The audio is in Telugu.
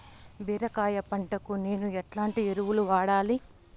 బీరకాయ పంటకు నేను ఎట్లాంటి ఎరువులు వాడాలి?